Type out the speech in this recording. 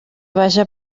vaja